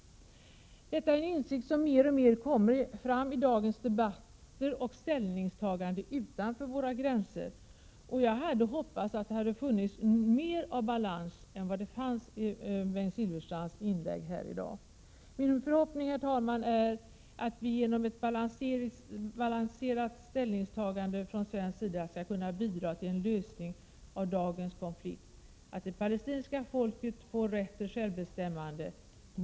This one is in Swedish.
Detta är en insikt som mer och mer kommer fram i dagens debatter och ställningstaganden utanför våra gränser. Jag hade hoppats att det skulle finnas mer av balans i Bengt Silfverstrands inlägg här i dag. Min förhoppning, herr talman, är att vi genom ett balanserat ställningstagande från svensk sida skall kunna bidra till en lösning av dagens konflikt och att det palestinska folket får rätt till självbestämmande.